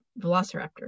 velociraptor